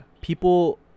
People